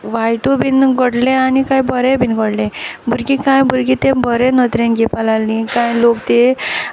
वायटूय बीन घोडलें आनी कांय बोरेंय बीन घोडलें भुरगीं कांय भुरगीं तें बोरें नोदरेन घेवपा लागलीं कांय लोक तें वायटूय